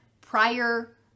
prior